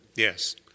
Yes